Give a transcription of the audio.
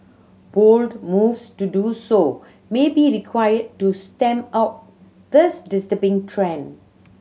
bold moves to do so may be required to stamp out this disturbing trend